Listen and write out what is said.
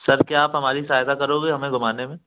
sir क्या आप हमारी सहायता करोगे हमें घूमाने में